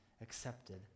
accepted